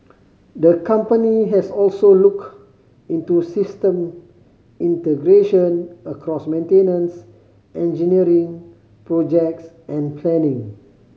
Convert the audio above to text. the company has also looked into system integration across maintenance engineering projects and planning